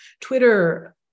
Twitter